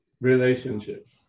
relationships